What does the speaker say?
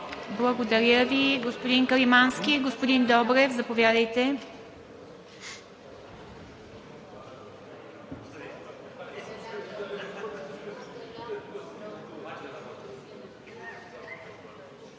Благодаря Ви, господин Каримански. Господин Добрев, заповядай.